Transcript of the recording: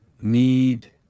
need